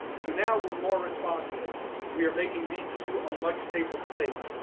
so now we're more responsive, we are making vcu a much safer place,